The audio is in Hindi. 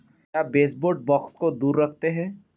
क्या बेसबोर्ड बग्स को दूर रखते हैं?